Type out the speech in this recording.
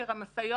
הסדרת הענף,